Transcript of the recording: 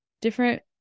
different